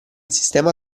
sistema